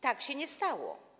Tak się nie stało.